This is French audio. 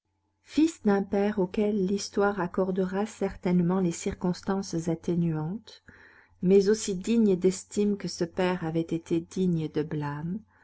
fils d'un père auquel l'histoire accordera certainement les circonstances atténuantes mais aussi digne d'estime que ce père avait été digne de blâme